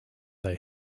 they